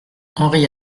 henri